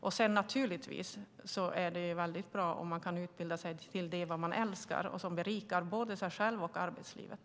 Det är naturligtvis väldigt bra om man kan utbilda sig för något man älskar och som berikar både en själv och arbetslivet.